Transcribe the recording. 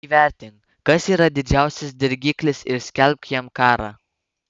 įvertink kas yra didžiausias dirgiklis ir skelbk jam karą